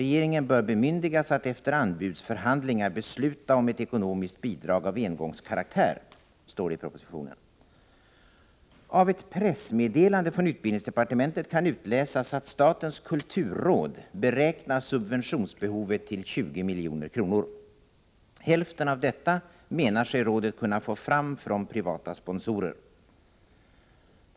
Regeringen bör bemyndigas att efter anbudsförhandlingar besluta om ett ekonomiskt bidrag av engångskaraktär.” Av ett pressmeddelande från utbildningsdepartementet kan utläsas att statens kulturråd beräknar subventionsbehovet till 20 milj.kr. Hälften av detta menar sig rådet kunna få fram från privata sponsorer.